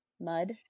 mud